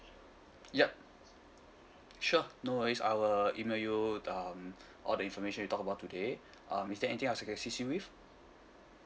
yup sure no worries I will email you um all the information you talked about today um is there anything else I can assist you with